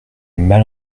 mal